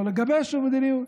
לא לגבש שום מדיניות.